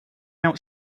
out